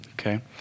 Okay